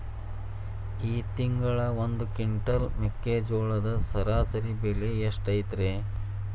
ಈ ತಿಂಗಳ ಒಂದು ಕ್ವಿಂಟಾಲ್ ಮೆಕ್ಕೆಜೋಳದ ಸರಾಸರಿ ಬೆಲೆ ಎಷ್ಟು ಐತರೇ?